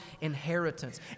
inheritance